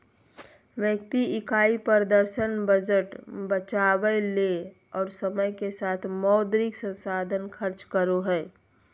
व्यक्ति इकाई प्रदर्शन बजट बचावय ले और समय के साथ मौद्रिक संसाधन खर्च करो हइ